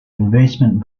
investment